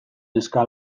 neska